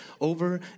over